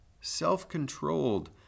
self-controlled